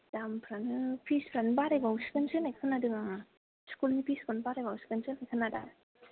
दामफ्रानो पिसफ्रानो बारायबावसिगोनसो होन्नाय खोनादों आङो स्कुलनि पिसखौनो बारायबावसिगोनसो होन्नाय खोनादां